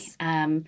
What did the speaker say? Yes